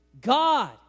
God